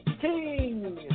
King